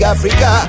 Africa